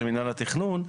מינהל התכנון.